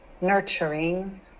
nurturing